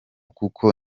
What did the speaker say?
kuko